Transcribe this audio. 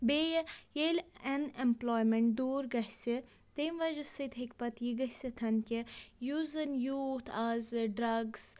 بیٚیہِ ییٚلہِ unemployment دوٗر گژھِ تٔمۍ وَجہ سۭتۍ ہٮ۪کہِ پَتہٕ یہِ گٔژھتھ کہ یُس زَنہٕ یوٗتھ آز ڈرگٕس